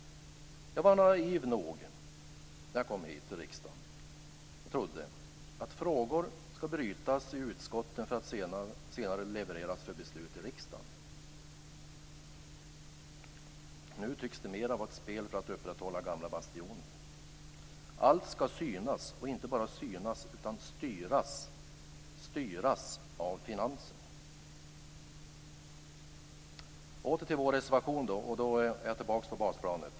Jag var naiv nog, när jag kom hit till riksdagen, att tro att frågor skall brytas i utskotten för att senare levereras för beslut i riksdagen. Nu tycks det mera vara ett spel för att upprätthålla gamla bastioner. Allt skall synas, och inte bara synas utan styras, av finansen. Nu vänder jag åter till vår reservation, och då är jag tillbaka på basplanet.